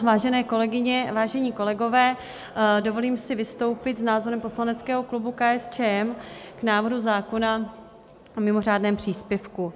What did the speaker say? Vážené kolegyně, vážení kolegové, dovolím si vystoupit s názorem poslaneckého klubu KSČM k návrhu zákona o mimořádném příspěvku.